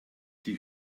die